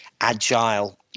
agile